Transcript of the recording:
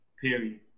Period